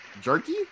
Jerky